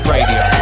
Radio